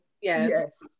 Yes